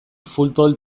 futbol